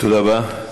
תודה רבה.